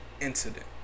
incident